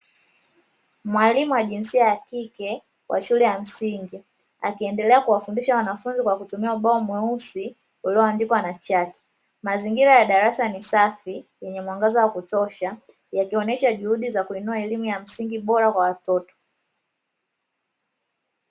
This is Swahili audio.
Mwalimu wa jinsia ya kike wa shule ya msingi akiendelea kuwafundisha wanafunzi kwa kutumia ubao mweusi ulioandikwa na chaki, mazingira ya darasa ni safi yenye mwangaza wa kutosha yakionesha juhudi za kuinua elimu ya msingi bora Kwa watoto.